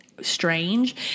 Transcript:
strange